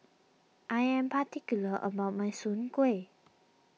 I am particular about my Soon Kway